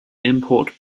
import